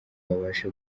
babashe